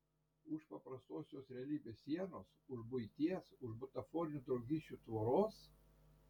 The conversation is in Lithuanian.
už paprastosios realybės sienos už buities ir butaforinių draugysčių tvoros